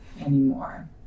anymore